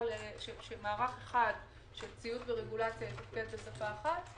שמערך אחד של ציוד ורגולציה יתפקד בשפה אחת,